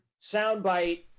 soundbite